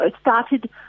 started